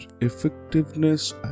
effectiveness